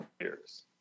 years